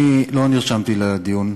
אני לא נרשמתי לדיון,